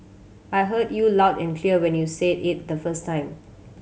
I heard you loud and clear when you said it the first time